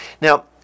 Now